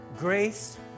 Grace